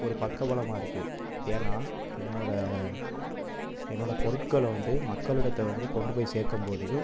ஒரு பக்கபலமாக இருக்குது ஏன்னால் என்னோடய என்னோடய பொருட்களை வந்து மக்களிடத்து வந்து கொண்டு போய் சேர்க்கும் போது